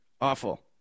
awful